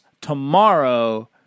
tomorrow